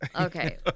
Okay